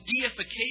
deification